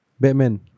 Batman